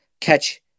catch